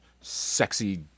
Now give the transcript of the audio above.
sexy